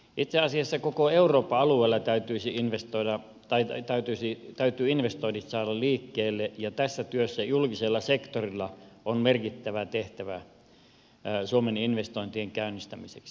itse asiassa koko euroopan alueella täytyy investoinnit saada liikkeelle ja tässä työssä julkisella sektorilla on merkittävä tehtävä suomen investointien käynnistämiseksi